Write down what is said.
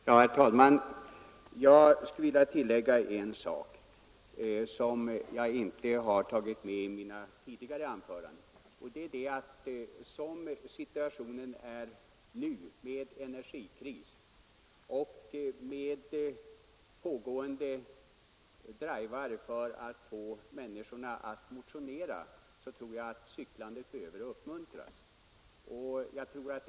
Herr talman! Jag skulle vilja tillägga en sak som jag inte tagit med i mina tidigare anföranden. Som situationen är nu, med energikris och med pågående drivar för att få människorna att motionera, tror jag att cyklandet behöver uppmuntras.